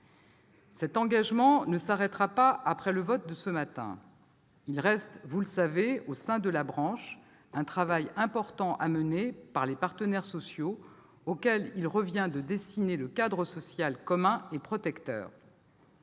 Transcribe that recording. Cet engagement ne s'arrêtera pas après le vote de ce matin. Il reste, vous le savez, au sein de la branche, un travail important à mener pour les partenaires sociaux, auxquels il revient de dessiner un cadre social commun et protecteur.